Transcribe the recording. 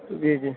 جی جی